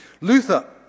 Luther